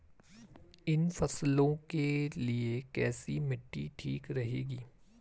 इन फसलों के लिए कैसी मिट्टी ठीक रहेगी?